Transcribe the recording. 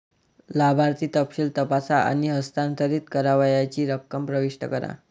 लाभार्थी तपशील तपासा आणि हस्तांतरित करावयाची रक्कम प्रविष्ट करा